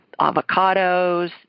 avocados